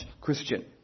Christian